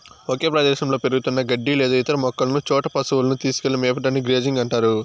ఒక ప్రదేశంలో పెరుగుతున్న గడ్డి లేదా ఇతర మొక్కలున్న చోట పసువులను తీసుకెళ్ళి మేపడాన్ని గ్రేజింగ్ అంటారు